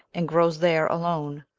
and grows there alone.